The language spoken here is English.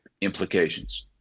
implications